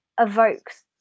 evokes